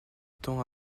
temps